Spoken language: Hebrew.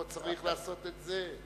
פה צריך לעשות את זה.